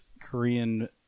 Korean